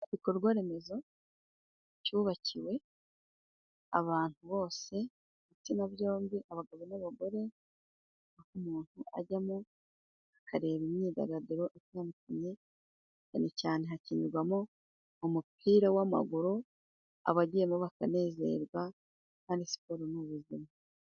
Igikorwa remezo cyubakiwe abantu bose ibitsina byombi abagabo n'abagore ,aho umuntu ajyamo akareba imyidagaduro itandukanye cyane cyane hakinirwamo umupira w'amaguru ,abagiyemo bakanezerwa kandi siporo n'ubuzima.